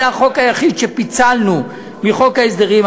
וזה החוק היחיד שפיצלנו מחוק ההסדרים.